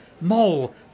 Mole